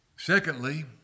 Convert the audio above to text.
Secondly